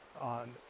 on